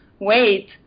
wait